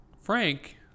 Frank